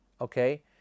okay